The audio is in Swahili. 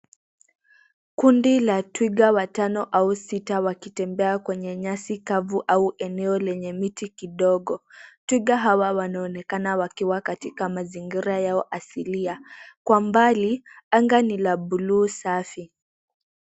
Kundi la twiga watano au sita wakitembea kwenye nyasi kavu au eneo lenye miti kidogo. Twiga hawa wanaonekana wakiwa katika mazingira yao asilia. Kwa mbali anga ni la buluu safi.